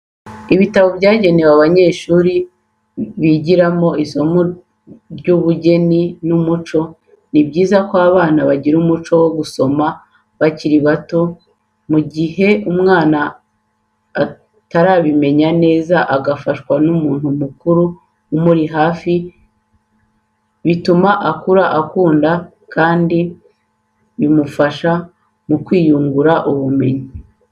Ibitabo byagewe abanyeshuri bigiramo isomo ry'ubugeni n'umuco, ni byiza ko abana bagira umuco wo gusoma bakiri bato mu gihe umwana atarabimenya neza agafaswa n'umuntu mukuru umuri hafi bituma akura abikunda kandi biramufasha mu kwiyungura ubumenyi .